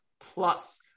plus